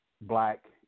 black